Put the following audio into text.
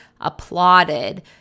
applauded